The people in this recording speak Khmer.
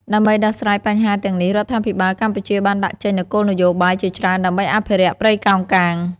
ដើម្បីដោះស្រាយបញ្ហាទាំងនេះ រដ្ឋាភិបាលកម្ពុជាបានដាក់ចេញនូវគោលនយោបាយជាច្រើនដើម្បីអភិរក្សព្រៃកោងកាង។